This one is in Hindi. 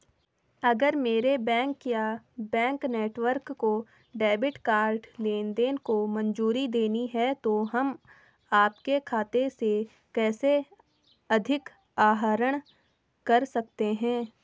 अगर मेरे बैंक या बैंक नेटवर्क को डेबिट कार्ड लेनदेन को मंजूरी देनी है तो हम आपके खाते से कैसे अधिक आहरण कर सकते हैं?